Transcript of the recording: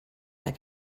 that